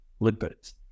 lipids